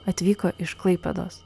atvyko iš klaipėdos